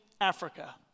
Africa